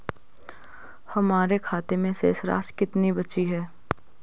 हमारे खाते में शेष राशि कितनी बची है?